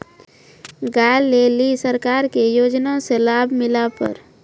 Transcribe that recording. गाय ले ली सरकार के योजना से लाभ मिला पर?